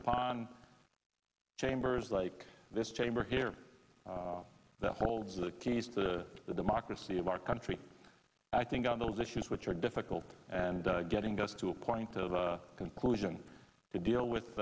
upon chambers like this chamber here that holds that case the the democracy of our country i think on those issues which are difficult and getting us to a point of conclusion to deal